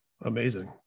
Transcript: amazing